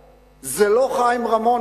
מאוד, מאוד מאוד מפתיע, בפגישה של חיים רמון